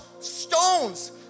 stones